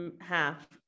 half